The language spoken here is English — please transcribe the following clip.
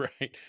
right